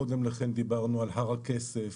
קודם לכן דיברנו על הר הכסף